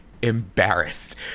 Embarrassed